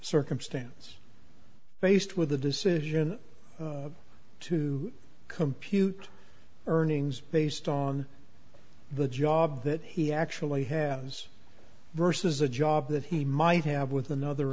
circumstance faced with a decision to compute earnings based on the job that he actually has versus the job that he might have with another